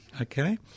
Okay